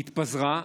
התפזרה.